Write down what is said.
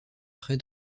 près